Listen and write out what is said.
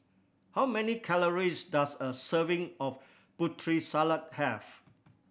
how many calories does a serving of Putri Salad have